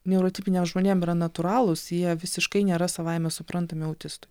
neurotipiniem žmonėm yra natūralūs jie visiškai nėra savaime suprantami autistui